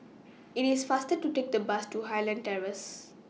IT IS faster to Take The Bus to Highland Terrace